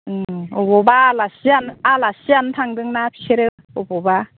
अबावबा आलासि जानो थांदोंना बिसोरो बबावबा